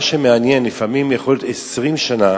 מה שמעניין, לפעמים זה יכול להיות אחרי 20 שנה.